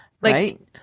Right